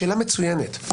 שאלה מצוינת.